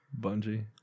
Bungie